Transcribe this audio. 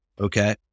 Okay